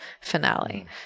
finale